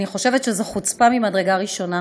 אני חושבת שזו חוצפה ממדרגה ראשונה.